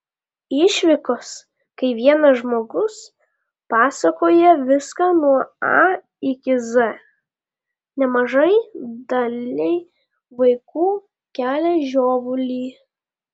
išvykos kai vienas žmogus pasakoja viską nuo a iki z nemažai daliai vaikų kelia žiovulį